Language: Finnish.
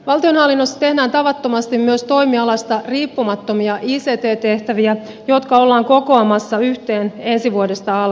valtionhallinnossa tehdään tavattomasti myös toimialasta riippumattomia ict tehtäviä jotka ollaan kokoamassa yhteen ensi vuodesta alkaen